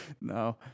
No